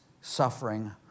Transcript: suffering